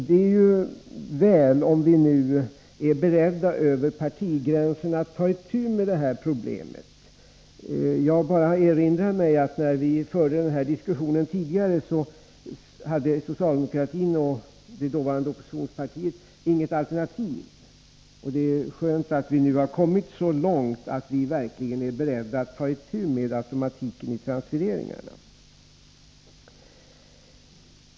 Det är väl om vi är beredda över partigränserna att ta itu med problemen. Jag erinrar mig att när vi diskuterade det här tidigare hade socialdemokratin, det dåvarande oppositionspartiet, inget alternativ. Det är skönt att vi nu har kommit så långt att vi verkligen är beredda att ta itu med automatiken i transfereringarna.